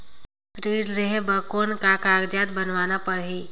ऋण लेहे बर कौन का कागज बनवाना परही?